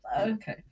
Okay